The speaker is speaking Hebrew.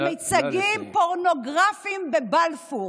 במיצגים פורנוגרפיים בבלפור,